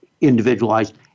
individualized